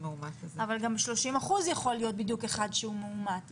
אבל גם ב-30% יכול להיות בדיוק אחד שהוא מאומת.